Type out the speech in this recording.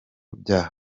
bya